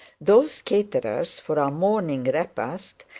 those caterers for our morning repast,